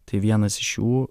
tai vienas iš jų